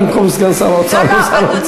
אני מוכן לענות במקום סגן שר האוצר או שר האוצר.